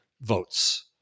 votes